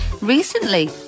recently